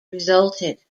resulted